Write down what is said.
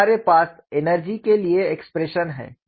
तो अब हमारे पास एनर्जी के लिए एक्सप्रेशन है